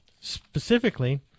Specifically